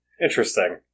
Interesting